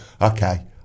okay